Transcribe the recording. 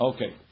Okay